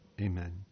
Amen